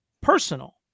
personal